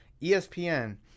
ESPN